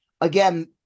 again